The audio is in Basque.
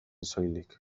soilik